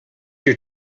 your